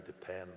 depend